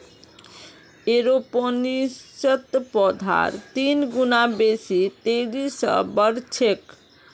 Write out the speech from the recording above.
एरोपोनिक्सत पौधार तीन गुना बेसी तेजी स बढ़ छेक